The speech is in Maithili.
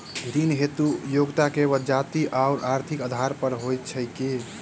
ऋण हेतु योग्यता केवल जाति आओर आर्थिक आधार पर होइत छैक की?